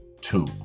two